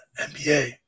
NBA